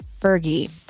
Fergie